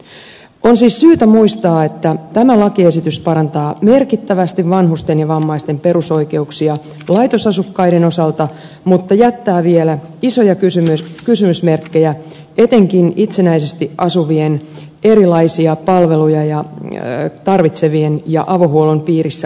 on siis syytä muistaa että tämä lakiesitys parantaa merkittävästi vanhusten ja vammaisten perusoikeuksia laitosasukkaiden osalta mutta jättää vielä isoja kysymysmerkkejä etenkin itsenäisesti asuvien erilaisia palveluja tarvitsevien ja avohuollon piirissä olevien osalta